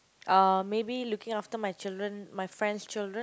uh maybe looking after my children my friend's children